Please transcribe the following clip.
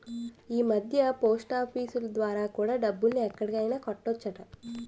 ఈమధ్య పోస్టాఫీసులు ద్వారా కూడా డబ్బుల్ని ఎక్కడైనా కట్టొచ్చట